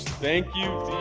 thank you